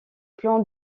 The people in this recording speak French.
plans